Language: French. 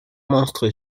monstre